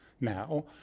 now